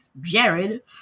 Jared